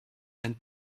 and